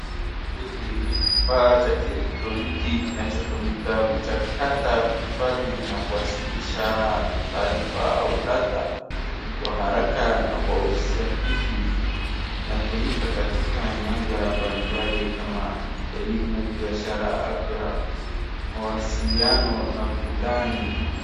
Hiki ni kifaa cha kielektroniki kinachotumika kuchakata, kuhifadhi na kuwasilisha taarifa au data kwa haraka na kwa usahihi. Inatumika katika nyanja mbalimbali kama elimu, biashara, afya, mawasiliano na burudani.